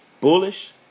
Bullish